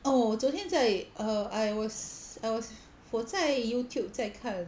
哦我昨天在 err I was I was 我在 YouTube 在看